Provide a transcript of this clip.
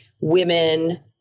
women